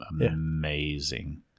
amazing